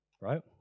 right